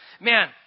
man